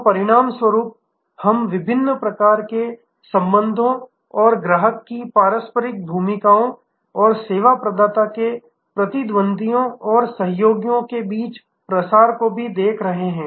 और परिणामस्वरूप हम विभिन्न प्रकार के संबंधों और ग्राहकों की पारंपरिक भूमिकाओं और सेवा प्रदाता के प्रतिद्वंद्वियों और सहयोगियों के बीच प्रसार को भी देख रहे हैं